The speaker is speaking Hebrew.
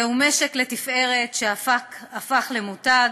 זהו משק לתפארת, שהפך למותג,